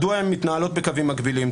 מדוע הן מתנהלות בקווים מקבילים,